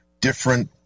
different